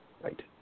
Right